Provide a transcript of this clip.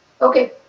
okay